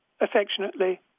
affectionately